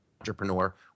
entrepreneur